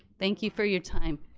thank you for your time.